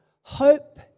Hope